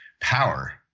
power